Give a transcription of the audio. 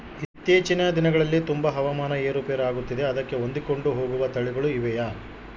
ಇತ್ತೇಚಿನ ದಿನಗಳಲ್ಲಿ ತುಂಬಾ ಹವಾಮಾನ ಏರು ಪೇರು ಆಗುತ್ತಿದೆ ಅದಕ್ಕೆ ಹೊಂದಿಕೊಂಡು ಹೋಗುವ ತಳಿಗಳು ಇವೆಯಾ?